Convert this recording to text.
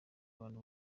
abantu